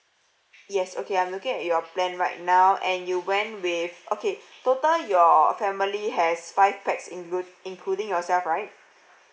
yes okay I'm looking at your plan right now and you went with okay total your family has five pax include including yourself right